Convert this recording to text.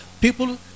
people